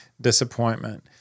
disappointment